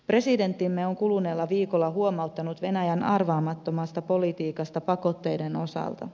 presidenttimme on kuluneella viikolla huomauttanut venäjän arvaamattomasta politiikasta pakotteiden osalta